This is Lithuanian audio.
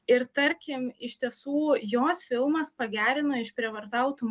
ir tarkim iš tiesų jos filmas pagerino išprievartautų